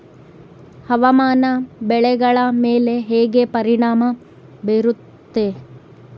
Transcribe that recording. ಹವಾಮಾನ ಬೆಳೆಗಳ ಮೇಲೆ ಹೇಗೆ ಪರಿಣಾಮ ಬೇರುತ್ತೆ?